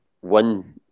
one